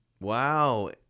Wow